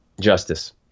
Justice